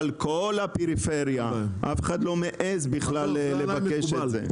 בכל הפריפריה אף אחד לא מעז בכלל לבקש את זה.